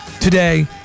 Today